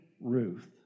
Ruth